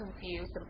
confused